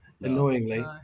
annoyingly